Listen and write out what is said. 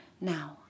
Now